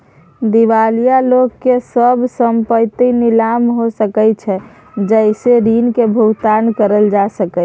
दिवालिया लोक के सब संपइत नीलाम हो सकइ छइ जइ से ऋण के भुगतान करल जा सकइ